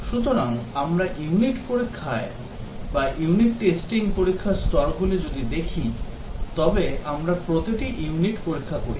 সুতরাং আমরা ইউনিট পরীক্ষায় পরীক্ষার স্তরগুলি যদি দেখি তবে আমরা প্রতিটি ইউনিট পরীক্ষা করি